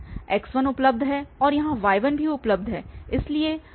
तो x1 उपलब्ध है और यहाँ y1 भी उपलब्ध है